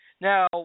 Now